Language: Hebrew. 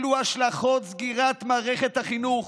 אלו השלכות סגירת מערכת החינוך.